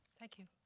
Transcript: thank you.